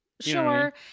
Sure